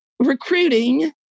Recruiting